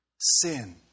sin